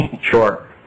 Sure